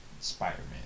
Spider-Man